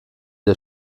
der